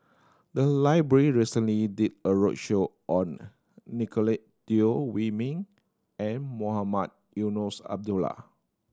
the library recently did a roadshow on Nicolette Teo Wei Min and Mohamed Eunos Abdullah